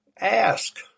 Ask